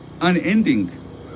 unending